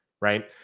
right